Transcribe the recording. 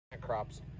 Crops